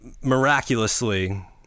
miraculously